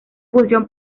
función